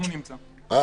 הוא נמצא בזום.